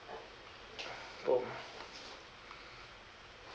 oh